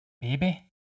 baby